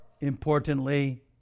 importantly